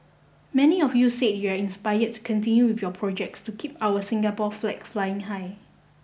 many of you said you are inspired to continue with your projects to keep our Singapore flag flying high